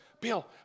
Bill